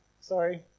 sorry